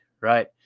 right